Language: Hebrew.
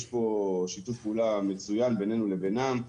יש פה שיתוף פעולה מצוין בנינו לבינם.